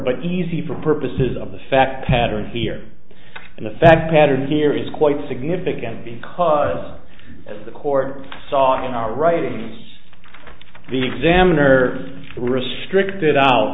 but easy for purposes of the fact pattern here and the fact pattern here is quite significant because as the court saw in our writings the examiner restricted out